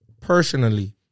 Personally